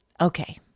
Okay